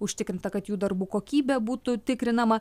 užtikrinta kad jų darbų kokybė būtų tikrinama